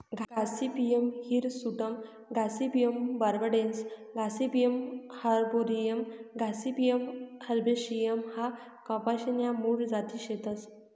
Gossypium hirsutum gossypium barbadense gossypium arboreum gossypium herbaceum ह्या कपाशी न्या मूळ जाती शेतस